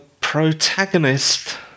protagonist